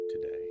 today